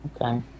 okay